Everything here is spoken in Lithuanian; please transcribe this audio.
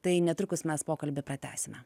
tai netrukus mes pokalbį pratęsime